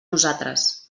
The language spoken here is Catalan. nosaltres